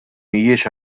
mhijiex